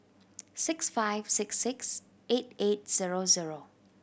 six five six six eight eight zero zero